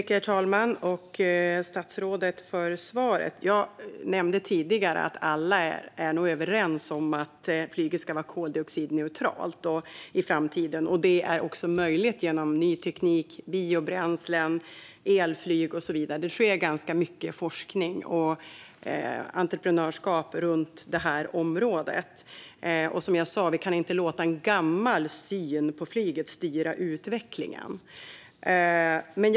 Herr talman! Tack, statsrådet, för svaret! Jag nämnde tidigare att alla nog är överens om att flyget ska vara koldioxidneutralt i framtiden, och det är också möjligt genom ny teknik, biobränslen, elflyg och så vidare. Det sker ganska mycket forskning och entreprenörskap på det här området. Som jag sa kan vi inte låta en gammal syn på flyget styra utvecklingen.